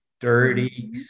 dirty